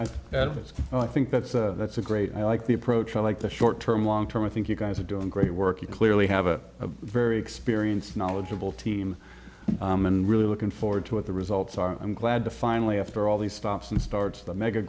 it i think that's a that's a great i like the approach i like the short term long term i think you guys are doing great work you clearly have a very experienced knowledgeable team and really looking forward to what the results are i'm glad to finally after all these stops and starts the mega